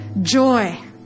joy